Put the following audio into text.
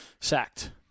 sacked